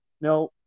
Now